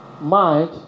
mind